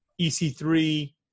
EC3